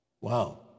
Wow